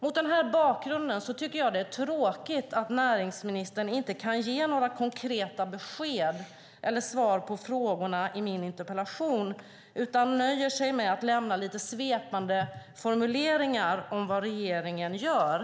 Mot den här bakgrunden tycker jag att det är tråkigt att näringsministern inte kan ge några konkreta besked eller svar på frågorna i min interpellation utan nöjer sig med att komma med lite svepande formuleringar om vad regeringen gör.